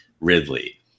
Ridley